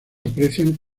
aprecian